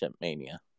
Mania